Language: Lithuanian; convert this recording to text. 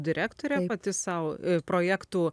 direktorė pati sau projektų